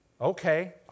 Okay